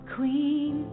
Queen